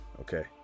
Okay